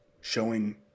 showing